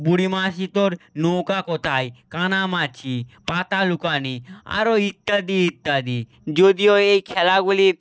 বুড়ি মাসি তোর নৌকা কোথায় কানামাছি পাতা লুকানি আরো ইত্যাদি ইত্যাদি যদিও এই খেলাগুলি